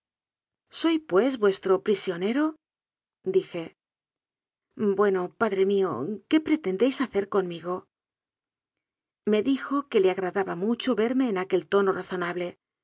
soy pues vuestro prisionero dije bue no padre mío qué pretendéis hacer conmigo me dijo que le agradaba mucho verme en aquel tono razonable